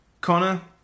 Connor